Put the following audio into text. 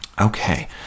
Okay